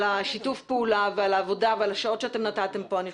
שיתוף הפעולה ועל העבודה ועל השעות שנתתם פה.